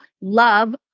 love